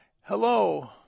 Hello